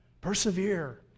persevere